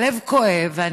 והלב כואב.